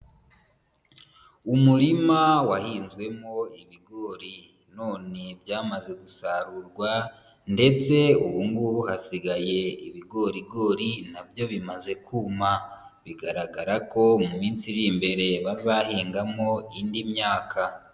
Umurima wahinzwemo ibigori, none byamaze gusarurwa ndetse ubu ngubu hasigaye ibigorigori na byo bimaze kuma, bigaragara ko mu minsi iri imbere bazahingamo indi myaka.